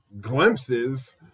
glimpses